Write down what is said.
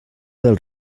del